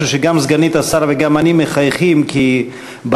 גם סגנית השר וגם אני מחייכים כי בעדה